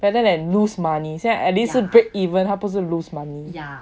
better than lose money 现在 at least 是 break even 他不是 lose money